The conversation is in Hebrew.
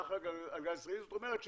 אך ורק על גז ישראלי, זאת אומרת: